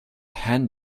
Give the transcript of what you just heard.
hand